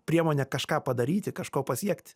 priemonė kažką padaryti kažko pasiekt